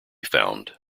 found